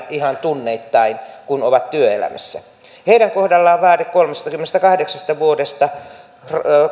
ihan tunneittain kun ovat työelämässä heidän kohdallaan vaade kolmestakymmenestäkahdeksasta vuodesta